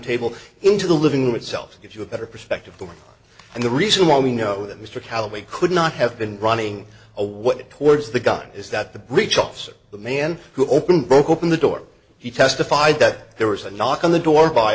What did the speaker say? table into the living room itself gives you a better perspective and the reason why we know that mr callaway could not have been running a what chords the gun is that the breech officer the man who open broke open the door he testified that there was a knock on the door by